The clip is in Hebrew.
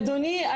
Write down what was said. אדוני,